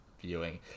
viewing